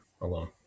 alone